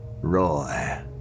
Roy